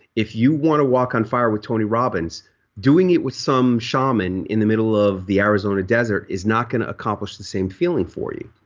if you want to walk on fire with tony robbins doing it with some shaman in the middle of the arizona desert is not going to accomplish the same feeling for you.